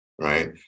right